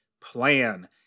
plan